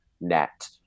net